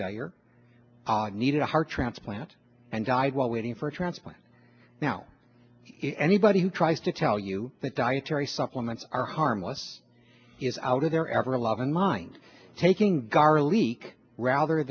failure need a heart transplant and died while waiting for a transplant now anybody who tries to tell you that dietary supplements are harmless is out of their everloving mind taking gar leak rather